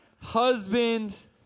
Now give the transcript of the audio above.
husband